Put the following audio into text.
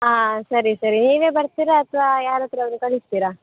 ಹಾಂ ಸರಿ ಸರಿ ನೀವೇ ಬರ್ತೀರಾ ಅಥವಾ ಯಾರ ಹತ್ರ ಆದರೂ ಕಳಿಸ್ತೀರಾ